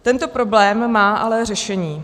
Tento problém má ale řešení.